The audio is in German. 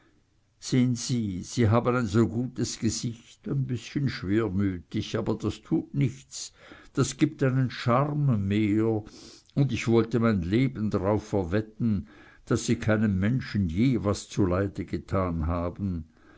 sehen sie sie haben ein so gutes gesicht ein bißchen schwermütig aber das tut nichts das gibt einen charme mehr und ich wollte mein leben darauf verwetten daß sie keinem menschen je was zuleide getan haben